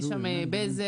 יש שם את בזק,